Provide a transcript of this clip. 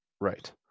Right